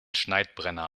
schneidbrenner